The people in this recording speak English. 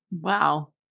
Wow